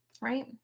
right